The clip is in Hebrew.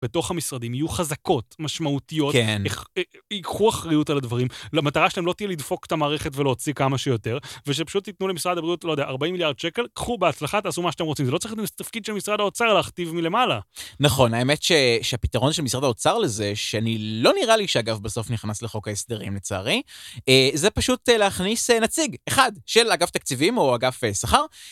בתוך המשרדים יהיו חזקות משמעותיות, כן. ייקחו אחריות על הדברים למטרה שלא תהיה לדפוק את המערכת ולהוציא כמה שיותר ושפשוט תיתנו למשרד הבריאות לא יודע 40 מיליארד שקל קחו בהצלחה תעשו מה שאתם רוצים זה לא צריך את התפקיד של משרד האוצר להכתיב מלמעלה. נכון האמת ש.. שהפתרון של משרד האוצר לזה שאני לא נראה לי שאגב בסוף נכנס לחוק ההסדרים לצערי אה.. זה פשוט להכניס נציג אחד של אגף תקציבים או אגף אה.. שכר.